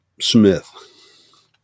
Smith